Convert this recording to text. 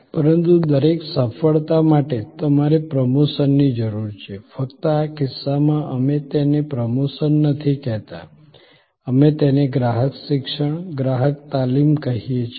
પરંતુ દરેક સફળતા માટે તમારે પ્રમોશનની જરૂર છે ફક્ત આ કિસ્સામાં અમે તેને પ્રમોશન નથી કહેતા અમે તેને ગ્રાહક શિક્ષણ ગ્રાહક તાલીમ કહીએ છીએ